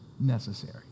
necessary